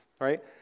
right